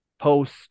post